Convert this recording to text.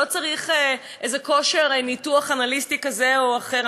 לא צריך איזה כושר ניתוח אנליטי כזה או אחר,